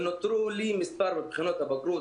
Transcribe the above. ג'יסר א-זרקה,